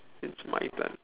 it's my turn